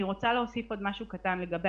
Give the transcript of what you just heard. אני רוצה להוסיף עוד משהו קטן לגבי